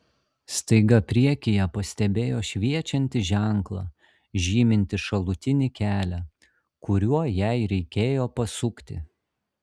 staiga priekyje pastebėjo šviečiantį ženklą žymintį šalutinį kelią kuriuo jai reikėjo pasukti